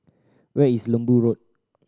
where is Lembu Road